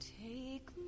take